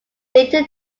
data